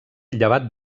llevat